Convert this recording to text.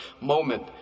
moment